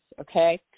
okay